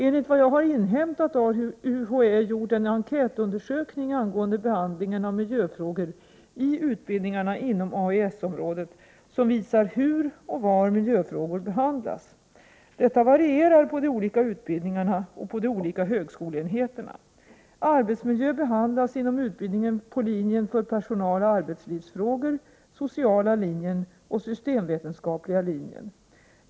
Enligt vad jag inhämtat har UHÄ gjort en enkätundersökning angående behandlingen av miljöfrågor i utbildningarna inom AES-området, som visar hur och var miljöfrågor behandlas. Detta varierar på de olika utbildningarna och på de olika högskoleenheterna. Arbetsmiljö behandlas inom utbildningen på linjen för personaloch arbetslivsfrågor, sociala linjen och systemvetenskapliga linjen.